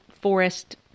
forest